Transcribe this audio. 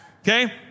okay